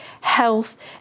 health